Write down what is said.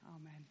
amen